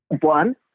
one